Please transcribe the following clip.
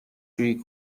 شویی